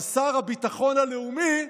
אבל שר הביטחון הלאומי,